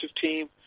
team